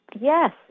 Yes